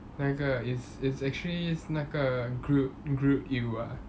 那个 is is actually 那个 grill~ grilled eel ah